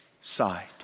side